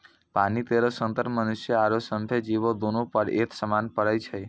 पानी केरो संकट मनुष्य आरो सभ्भे जीवो, दोनों पर एक समान पड़ै छै?